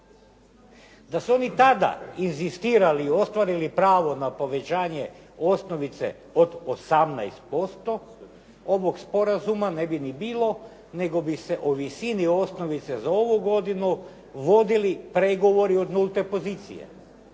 Da su oni tada inzistirali i ostvarili pravo na povećanje osnovice od 18% ovog sporazuma ne bi ni bilo nego bi se o visini osnovice za ovu godinu vodili pregovori od nulte pozicije